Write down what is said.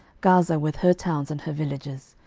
gaza with her towns and her villages,